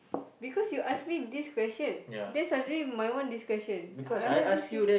because you ask me this question then suddenly my one this question I have this question